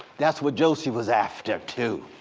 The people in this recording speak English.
that's what josie was after, too.